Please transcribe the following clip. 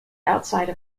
outside